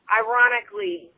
ironically